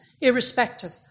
irrespective